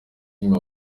inyuma